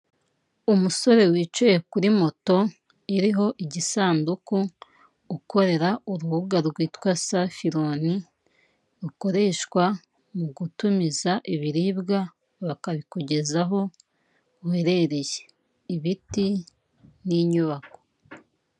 Umusore wicaye kuri moto iriho igisanduku, ukorera urubuga rwitwa safironi, rukoreshwa mu gutumiza ibiribwa bakabikugezaho aho uherereye. Ibiti n'inyubako.